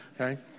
Okay